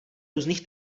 různých